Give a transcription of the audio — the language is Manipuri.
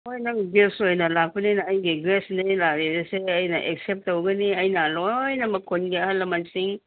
ꯍꯣꯏ ꯅꯪ ꯒꯦꯁ ꯑꯣꯏꯅ ꯂꯥꯛꯄꯅꯤꯅ ꯑꯩꯒꯤ ꯒꯦꯁꯅꯤ ꯂꯥꯛꯏꯁꯦ ꯑꯩꯅ ꯑꯦꯛꯁꯦꯞ ꯇꯧꯒꯅꯤ ꯑꯩꯅ ꯂꯣꯏꯅꯃꯛ ꯈꯨꯟꯒꯤ ꯑꯍꯜ ꯂꯃꯟꯁꯤꯡ